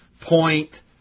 point